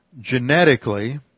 genetically